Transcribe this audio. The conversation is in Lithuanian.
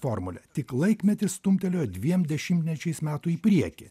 formulę tik laikmetį stumtelėjo dviem dešimtmečiais metų į priekį